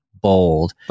Bold